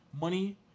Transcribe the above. money